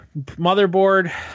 motherboard